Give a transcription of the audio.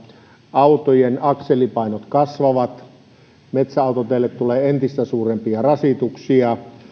autojen akselipainot kasvavat ja metsäautoteille tulee entistä suurempia rasituksia